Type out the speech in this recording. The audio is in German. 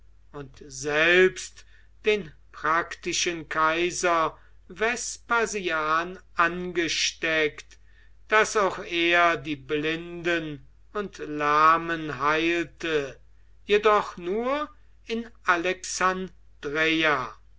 und selbst den praktischen kaiser vespasian angesteckt daß auch er die blinden und lahmen heilte jedoch nur in alexandreia